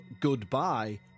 goodbye